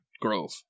grove